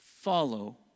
follow